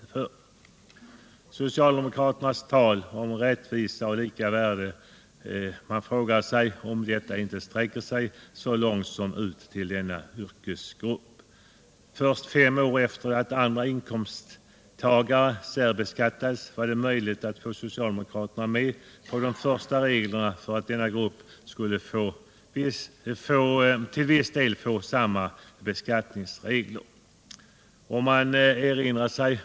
Man frågar sig om socialdemokraternas tal om rättvisa och människors lika värde inte sträcker sig så långt som till denna samhällsgrupp. Först fem år efter det att övriga inkomsttagare fått särbeskattning var det möjligt att få socialdemokraterna med på de första regler som gjorde att även denna grupp till viss del skulle komma att särbeskattas.